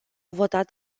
votat